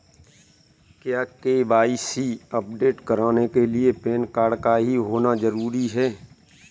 क्या KYC update कराने के लिए पैन कार्ड का ही होना जरूरी है?